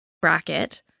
bracket